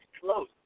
close